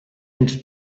into